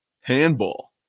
handball